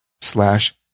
slash